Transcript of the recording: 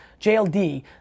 JLD